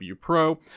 pro